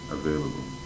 available